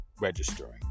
registering